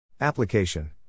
Application